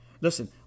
listen